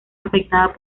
afectada